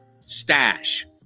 stash